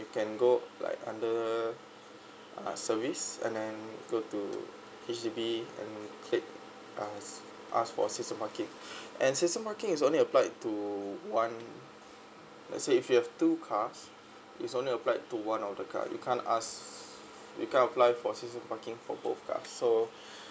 you can go like under uh service and then go to H_D_B and take ask ask for season parking and season parking is only applied to one let's say if you have two cars it's only applied to one of the car you can't ask you can't apply for season parking for both cars so